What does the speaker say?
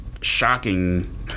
shocking